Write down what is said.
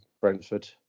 Brentford